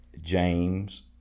James